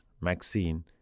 Maxine